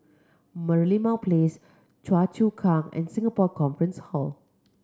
Merlimau Place Choa Chu Kang and Singapore Conference Hall